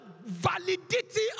validity